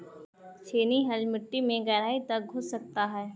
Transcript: छेनी हल मिट्टी में गहराई तक घुस सकता है